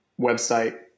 website